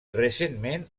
recentment